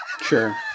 sure